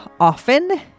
often